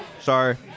Sorry